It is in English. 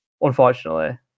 unfortunately